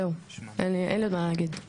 זהו, אין לי עוד מה להגיד.